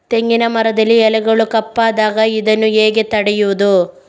ತೆಂಗಿನ ಮರದಲ್ಲಿ ಎಲೆಗಳು ಕಪ್ಪಾದಾಗ ಇದನ್ನು ಹೇಗೆ ತಡೆಯುವುದು?